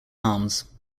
arms